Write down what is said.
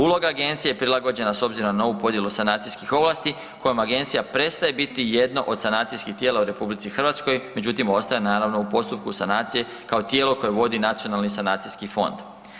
Uloga agencije prilagođena je s obzirom na ovu podjelu sanacijskih ovlasti kojom agencija prestaje biti jedno od sanacijskih tijela u RH, međutim ostaje u postupku sanacije kao tijelo koje vodi Nacionalni sanacijski fond.